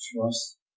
trust